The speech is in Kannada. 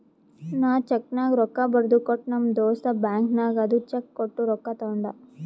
ನಾ ಚೆಕ್ನಾಗ್ ರೊಕ್ಕಾ ಬರ್ದು ಕೊಟ್ಟ ನಮ್ ದೋಸ್ತ ಬ್ಯಾಂಕ್ ನಾಗ್ ಅದು ಚೆಕ್ ಕೊಟ್ಟು ರೊಕ್ಕಾ ತಗೊಂಡ್